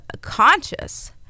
conscious